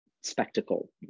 spectacle